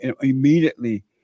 immediately